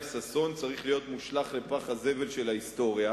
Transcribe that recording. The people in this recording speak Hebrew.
ששון צריך להיות מושלך לפח הזבל של ההיסטוריה,